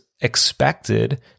expected